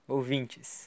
Ouvintes